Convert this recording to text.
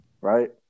Right